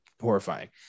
horrifying